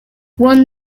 one